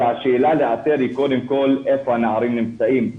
והשאלה לאתר היא קודם כל איפה הנערים נמצאים.